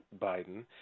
Biden